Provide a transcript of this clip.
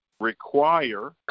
require